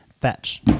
Fetch